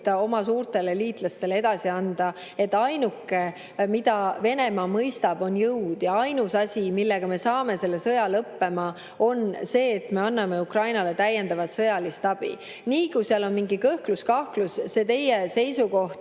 oma suurtele liitlastele edasi anda, et ainuke, mida Venemaa mõistab, on jõud, ja ainus asi, millega me saame selle sõja lõppema, on see, et me anname Ukrainale täiendavat sõjalist abi. Nii kui seal on mingi kõhklus-kahtlus, see teie seisukoht,